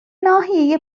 ناحیه